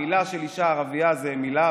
מילה של אישה ערבייה זאת מילה,